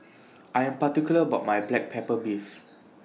I Am particular about My Black Pepper Beef